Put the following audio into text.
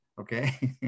Okay